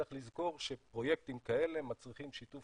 צריך לזכור שפרויקטים כאלה מצריכים שיתוף